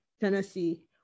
Tennessee